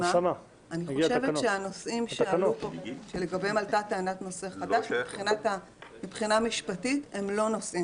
אני חושבת שהנושאים שלגביהם עלתה טענת נושא חדש הם לא נושאים